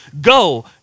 go